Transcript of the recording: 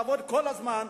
לעבוד כל הזמן,